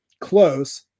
close